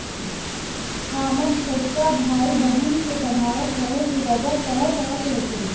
हामर छोटका भाई, बहिन के पढ़ावत रहे की रबड़ तरह तरह के होखेला